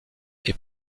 est